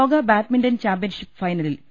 ലോക badminton championship ഫൈനലിൽ P